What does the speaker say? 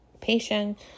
patient